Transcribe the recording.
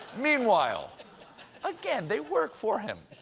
meanwhile again, they work for him.